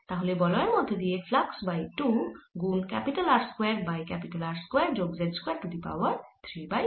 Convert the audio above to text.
তাহলে বলয়ের মধ্যে দিয়ে ফ্লাক্স বাই 2 গুন R square by R square যোগ z square to the power 3 by 2